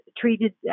treated